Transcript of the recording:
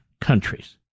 countries